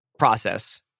process